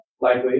Likely